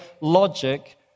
logic